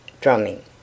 drumming